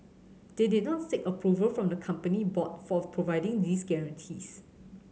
they did not seek approval from the company board for providing these guarantees